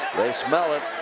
they smell it.